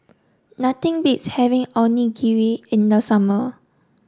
nothing beats having Onigiri in the summer